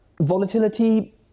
Volatility